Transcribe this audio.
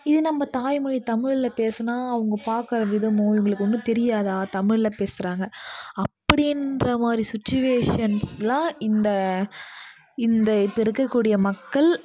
இது நம்ம தாய் மொழி தமிழில் பேசுனால் அவங்க பார்க்குற விதமும் இவங்களுக்கு ஒன்றும் தெரியாதா தமிழில் பேசுகிறாங்க அப்படின்ற மாதிரி சுச்சுவேஷன்ஸில் இந்த இந்த இப்போ இருக்கக்கூடிய மக்கள்